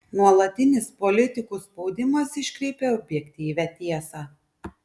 nuolatinis politikų spaudimas iškreipia objektyvią tiesą